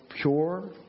pure